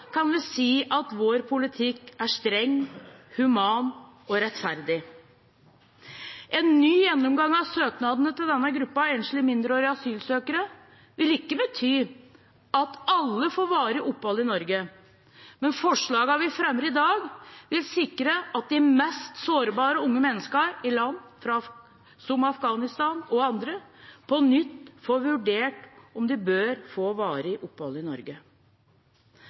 kan vi si at vår politikk er streng, human og rettferdig. En ny gjennomgang av søknadene til denne gruppen enslige mindreårige asylsøkere vil ikke bety at alle får varig opphold i Norge, men forslagene vi fremmer i dag, vil sikre at de mest sårbare unge menneskene fra land som Afghanistan og andre på nytt får vurdert om de bør få varig opphold i Norge.